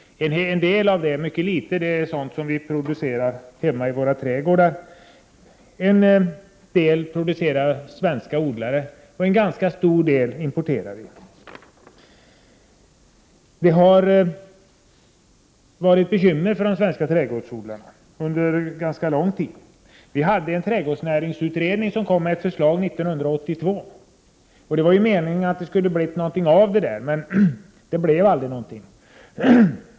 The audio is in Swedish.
En mycket liten del av detta är sådant som vi producerar hemma i våra trädgårdar. En del produceras av svenska odlare, och vi importerar en ganska stor del. De svenska trädgårdsodlarna har haft bekymmer under en ganska lång tid. Det har gjorts en trädgårdsnäringsutredning, som kom med ett förslag 1982. Det var meningen att det skulle bli någonting av det, men så blev aldrig fallet.